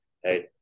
Hey